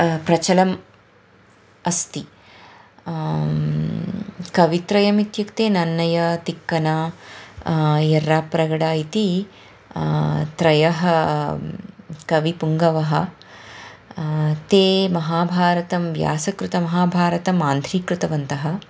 प्रचलम् अस्ति कवित्रयम् इत्युक्ते नन्नय तिक्कन यर्राप्रगडा इति त्रयः कविपुङ्गवः ते महाभारतं व्यासकृतमहाभारतम् आन्ध्रीकृतवन्तः